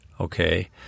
Okay